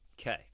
Okay